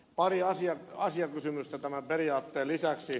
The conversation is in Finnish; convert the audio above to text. pari asiakysymystä tämän periaatteen lisäksi